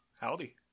Howdy